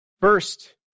First